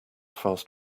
fast